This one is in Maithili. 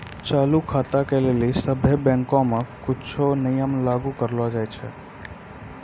चालू खाता के लेली सभ्भे बैंको मे कुछो नियम लागू करलो जाय छै